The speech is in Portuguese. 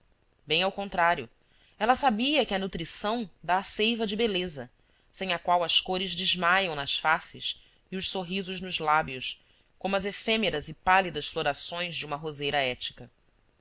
bem ao contrário ela sabia que a nutrição dá a seiva de beleza sem a qual as cores desmaiam nas faces e os sorrisos nos lábios como as efêmeras e pálidas florações de uma roseira ética